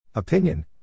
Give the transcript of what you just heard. Opinion